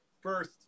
First